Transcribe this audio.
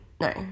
no